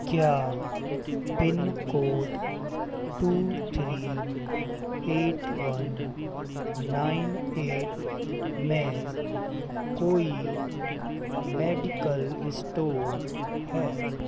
क्या pin code two three eight one nine eight में कोई मेडिकल स्टोर है